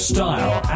Style